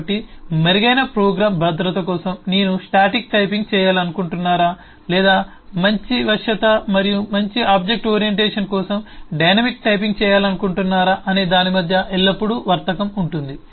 కాబట్టి మెరుగైన ప్రోగ్రామ్ భద్రత కోసం నేను స్టాటిక్ టైపింగ్ చేయాలనుకుంటున్నారా లేదా మంచి వశ్యత మరియు మరింత ఆబ్జెక్ట్ ఓరియంటేషన్ కోసం డైనమిక్ టైపింగ్ చేయాలనుకుంటున్నారా అనే దాని మధ్య ఎల్లప్పుడూ వర్తకం ఉంటుంది